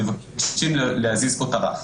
מבקשים להזיז פה את הרף.